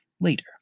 later